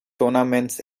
tournaments